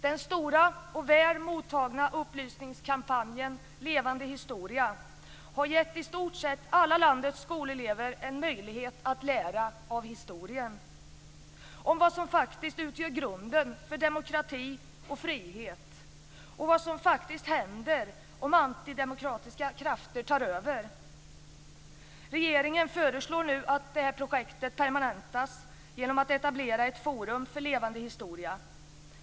Den stora och väl mottagna upplysningskampanjen Levande historia har gett i stort sett alla landets skolelever en möjlighet att lära av historien vad som faktiskt utgör grunden för demokrati och frihet och vad som faktiskt händer om antidemokratiska krafter tar över. Regeringen föreslår nu att det projektet permanentas genom att etablera ett forum för levande historia.